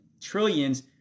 trillions